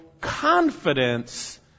confidence